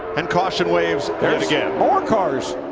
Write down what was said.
and caution waves again. more cars.